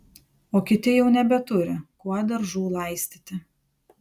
o kiti jau nebeturi kuo daržų laistyti